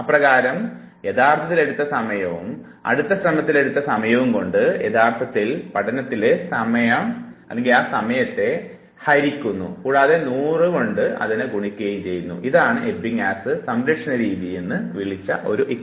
അപ്രകാരം യഥാർത്ഥത്തിൽ എടുത്ത സമയവും അടുത്ത ശ്രമത്തിൽ എടുത്ത സമയവും കൊണ്ട് യഥാർത്ഥ പഠനത്തിലെ സമയത്തെ ഹരിക്കുന്നു കൂടാതെ 100 കൊണ്ട് അതിനെ ഗുണിക്കുകയും ചെയ്യുന്നു എന്നതിനെയാണ് എബിങ്ങസ് സംരക്ഷണ രീതി എന്ന് വിളിച്ചത്